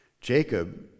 Jacob